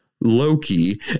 Loki